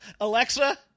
Alexa